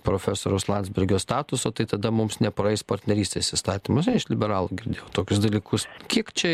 profesoriaus landsbergio statuso tai tada mums nepraeis partnerystės įstatymas na iš liberalų girdėjau tokius dalykus kiek čia